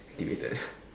activated